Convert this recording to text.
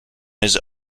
his